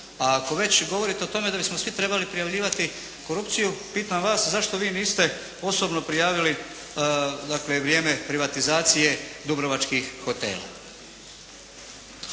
A ako već govorite o tome da bismo svi trebali prijavljivati korupciju, pitam vas, zašto vi niste osobno prijaviti vrijeme privatizacije dubrovačkih hotela?